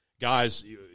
guys